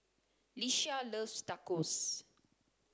Ieshia loves Tacos